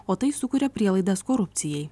o tai sukuria prielaidas korupcijai